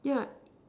yeah